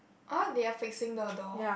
ah they are fixing the door